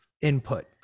input